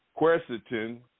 quercetin